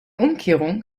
umkehrung